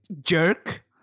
Jerk